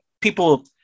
people